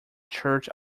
church